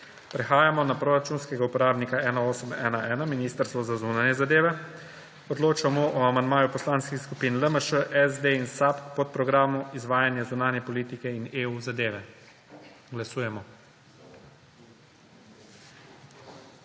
Prehajamo na proračunskega uporabnika 1811 – Ministrstvo za zunanje zadeve. Odločamo o amandmaju poslanskih skupin LMŠ, SD in SAB k podprogramu Izvajanje zunanje politike in EU zadeve. Glasujemo.